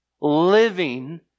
living